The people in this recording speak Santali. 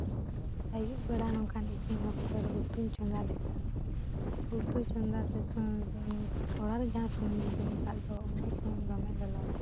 ᱟᱹᱭᱩᱵ ᱵᱮᱲᱟ ᱱᱚᱝᱠᱟ ᱤᱥᱤᱱ ᱚᱠᱛᱚ ᱨᱮ ᱩᱛᱩᱧ ᱪᱚᱸᱫᱟ ᱞᱮᱫᱟ ᱩᱛᱩ ᱪᱚᱸᱫᱟ ᱛᱮ ᱥᱩᱱᱩᱢ ᱠᱚᱲᱦᱟ ᱨᱮ ᱡᱟᱦᱟᱸ ᱥᱩᱱᱩᱢᱤᱧ ᱫᱩᱞᱟᱠᱟᱫ ᱫᱚ ᱚᱱᱟ ᱥᱩᱱᱩᱢ ᱫᱚᱢᱮ ᱞᱚᱞᱚ ᱞᱮᱱᱟ